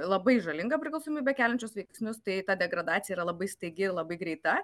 labai žalingą priklausomybę keliančius veiksnius tai ta degradacija yra labai staigi ir labai greita